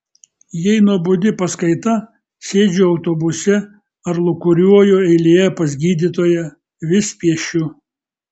jei nuobodi paskaita sėdžiu autobuse ar lūkuriuoju eilėje pas gydytoją vis piešiu